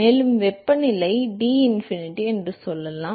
மேலும் வெப்பநிலை டின்ஃபினிட்டி என்று சொல்லலாம்